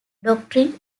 doctrine